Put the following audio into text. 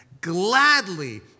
gladly